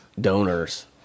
Donors